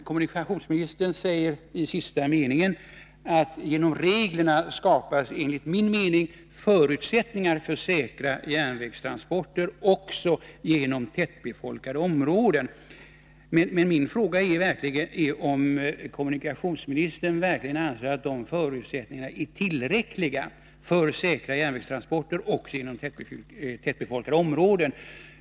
Kommunikationsministern säger i den sista meningen av svaret: ”Genom reglerna skapas enligt min mening förutsättningar för säkra järnvägstransporter också genom tättbefolkade områden.” Min fråga är om kommunikationsministern verkligen anser att de förutsättningarna är tillräckliga för säkra järnvägstransporter också genom tättbefolkade områden.